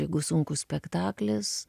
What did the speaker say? jeigu sunkus spektaklis